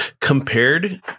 compared